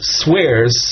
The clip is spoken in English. swears